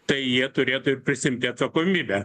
tai jie turėtų ir prisiimti atsakomybę